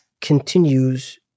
continues